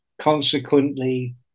consequently